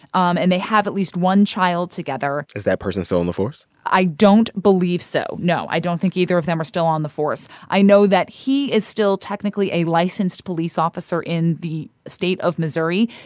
um and they have at least one child together is that person still so on the force? i don't believe so, no. i don't think either of them are still on the force. i know that he is still technically a licensed police officer in the state of missouri.